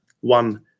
one